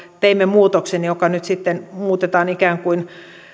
teimme muutoksen joka nyt sitten muutetaan ikään kuin